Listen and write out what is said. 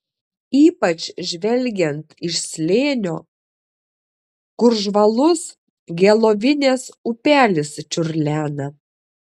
ypač žvelgiant iš slėnio kur žvalus gelovinės upelis čiurlena